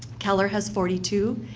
keller has forty two,